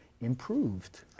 improved